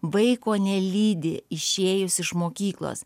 vaiko nelydi išėjus iš mokyklos